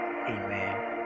Amen